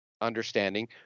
understanding